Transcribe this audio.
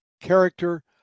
character